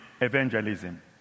evangelism